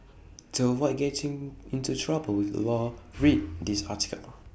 to avoid getting into trouble with the law read this article